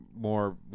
more